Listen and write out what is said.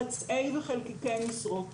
חצאי וחלקיקי משרות?